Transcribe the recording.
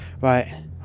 right